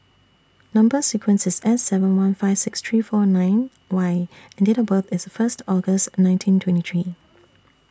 Number sequence IS S seven one five six three four nine Y and Date of birth IS First August nineteen twenty three